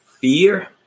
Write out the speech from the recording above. fear